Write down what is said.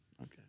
Okay